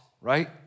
right